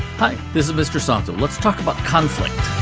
hi, this is mr. sato. let's talk about conflict.